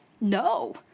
no